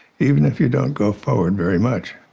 even if you don't go forward very much.